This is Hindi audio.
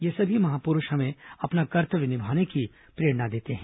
ये सभी महापुरूष हमें अपना कर्तव्य निभाने की प्रेरणा देते हैं